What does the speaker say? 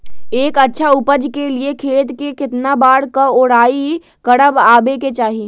एक अच्छा उपज के लिए खेत के केतना बार कओराई करबआबे के चाहि?